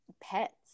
pets